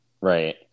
Right